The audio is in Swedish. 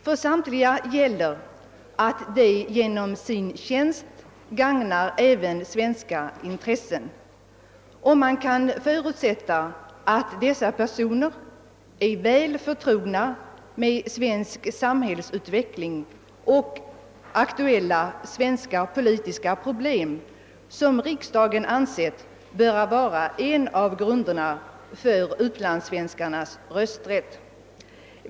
För samtliga gäller att de genom sin tjänst gagnar även svenska intressen, och det kan förutsättas att dessa personer är väl förtrogna med svensk samhällsutveckling och aktuella svenska politiska problem, vilket riksdagen ansett böra vara en av grunderna för utlandssvenskarnas rösträtt.